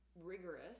rigorous